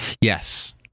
Yes